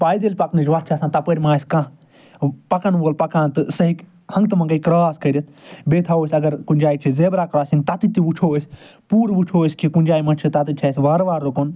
پایدٔلۍ پکنٕچ وَتھ چھِ آسان تپٲرۍ مَہ آسہِ کانٛہہ پکن وول پکان تہٕ سُہ ہیٚکہِ ہنٛگتہٕ منٛگَے کرٛاس کٔرِتھ بیٚیہِ تھاوو أسۍ اگر کُنہِ جاے چھِ زیبرا کرٛاسِنٛگ تتٮ۪تھ تہِ وٕچھو أسۍ پوٗرٕ وٕچھو أسۍ کہِ کُنہِ جاے مَہ چھِ تَتَن چھِ اَسہِ وارٕ وارٕ رُکُن